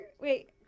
wait